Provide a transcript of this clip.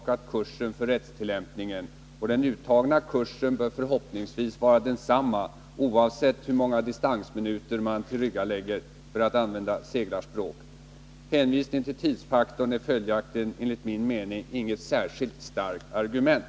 Kursen för rättstillämpningen har utstakats, och den uttagna kursen bör förhoppningsvis vara densamma oavsett hur många distansminuter man tillryggalägger, för att nu använda seglarspråk. En hänvisning till tidsfaktorn är, enligt min mening, följaktligen inget särskilt starkt argument.